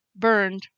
burned